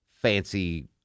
fancy